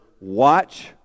watch